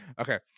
Okay